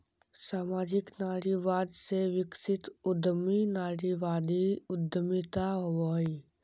सामाजिक नारीवाद से विकसित उद्यमी नारीवादी उद्यमिता होवो हइ